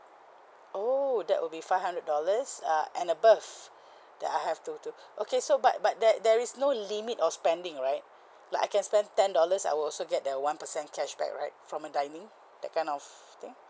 oh that will be five hundred dollars uh and above that I have to to okay so but but there there is no limit on spending right like I can spend ten dollars I will also get the one percent cashback right from my dining that kind of thing